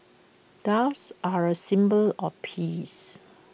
doves are A symbol of peace